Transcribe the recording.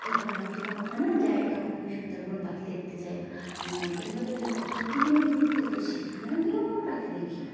এবার আমি যখন ওখানেও যাই তখন ওই সুন্দরবন পাখি দেখতে যাই বা নর্থ বেঙ্গলে কোথাও যদি আমি ঘুরতে যাই সেখানেও গিয়েও আমি পাখি দেখি